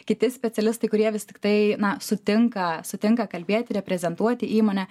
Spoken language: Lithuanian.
kiti specialistai kurie vis tiktai na sutinka sutinka kalbėti reprezentuoti įmonę